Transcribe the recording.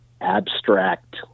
abstract